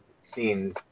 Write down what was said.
seen